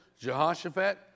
Jehoshaphat